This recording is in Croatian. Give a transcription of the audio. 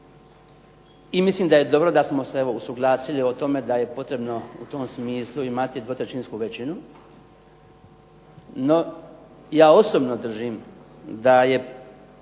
i mislim da je dobro da smo se evo usuglasili o tome da je potrebno u tom smislu imati dvotrećinsku većinu. No, ja osobno držim da nije